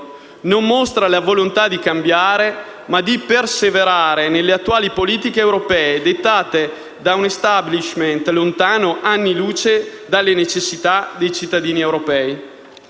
non mostra la volontà di cambiare, ma di perseverare nelle attuali politiche europee dettate da un *establishment* lontano anni luce dalle necessità dei cittadini europei.